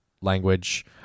language